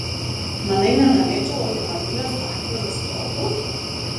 manai nenorėčiau automobilio su atviru stogu